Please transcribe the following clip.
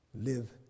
live